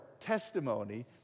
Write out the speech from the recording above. testimony